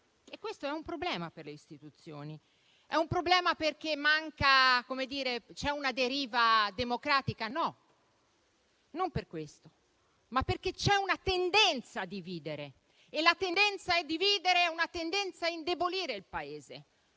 E questo è un problema per le istituzioni. È un problema perché c'è una deriva democratica? No, non per questo, ma perché c'è una tendenza a dividere, che è una tendenza a indebolire il Paese.